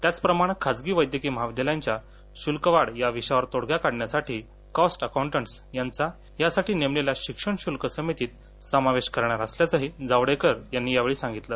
त्याचप्रमाण खाजगी वैद्यकीय महाविद्यालयांच्या शुल्कवाढ या विषयावर तोडगा काढण्यासाठी कॉस्ट अकोंटनट्स यांचा यासाठी नेमलेल्या शिक्षणशुल्क समितीत समावेश करणार असल्याचंही जावडेकर यांनी यावेळी सांगितलं